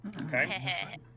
Okay